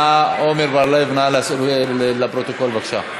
עמר בר-לב, נא להוסיף לפרוטוקול בבקשה.